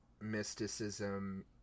mysticism